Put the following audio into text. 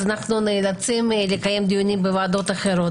אנחנו נאלצים לקיים דיונים בוועדות אחרות.